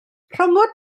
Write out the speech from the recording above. rhyngot